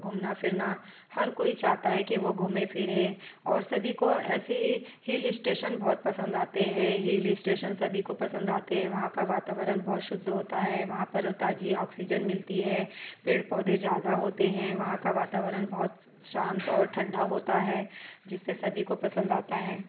घूमना फिरना हर कोई चाहता है कि वो घूमे फिरे और सभी को ऐसी हिल इस्टेशन बहुत पसंद आते हैं हिल इस्टेशन सभी को पसंद आते हैं वहाँ का वातावरण बहुत शुद्ध होता है वहाँ पर ताज़ी ऑक्सीजन मिलती है पेड़ पौधे ज़्यादा होते हैं वहाँ का वातावरण बहुत शांत और ठंडा होता है जिससे सभी को पसंद आता है